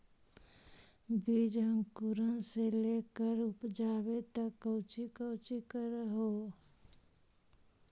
बीज अंकुरण से लेकर उपजाबे तक कौची कौची कर हो?